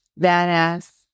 Badass